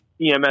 EMS